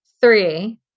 three